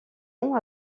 ans